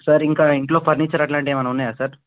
sir ఇంకా ఇంట్లో furniture అలాంటివి ఏమన్న ఉన్నాయా సార్